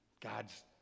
God's